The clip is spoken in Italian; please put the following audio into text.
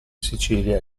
sicilia